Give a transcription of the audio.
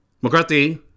McCarthy